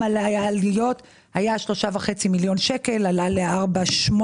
זה היה 3.5 מיליון שקל, עלה ל-4.8.